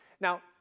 Now